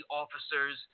officers